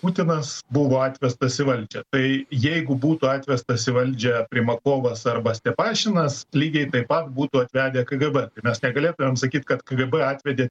putinas buvo atvestas į valdžią tai jeigu būtų atvestas į valdžią primakovas arba stepašinas lygiai taip pat būtų atvedę kgb tai mes negalėtumėm sakyt kad kgb atvedė